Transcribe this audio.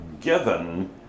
given